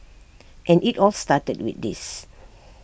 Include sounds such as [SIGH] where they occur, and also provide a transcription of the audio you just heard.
[NOISE] and IT all started with this